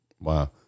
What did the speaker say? Wow